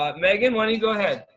um megan, why don't you go ahead.